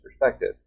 perspective